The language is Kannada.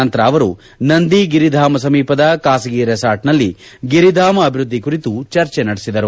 ನಂತರ ಅವರು ನಂದಿ ಗಿರಿಧಾಮ ಸಮೀಪದ ಖಾಸಗಿ ರೆಸಾರ್ಟ್ನಲ್ಲಿ ಗಿರಿಧಾಮ ಅಭಿವೃದ್ದಿ ಕುರಿತು ಚರ್ಚೆ ನಡೆಸಿದರು